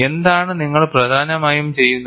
എന്താണ് നിങ്ങൾ പ്രധാനമായും ചെയ്യുന്നത്